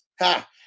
ha